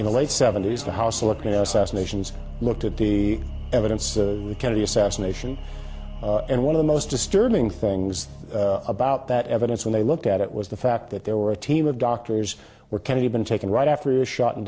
in the late seventy's the house looked at us as nations looked at the evidence of the kennedy assassination and one of the most disturbing things about that evidence when they looked at it was the fact that there were a team of doctors were kennedy been taken right after the shot in